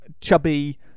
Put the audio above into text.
chubby